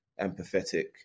empathetic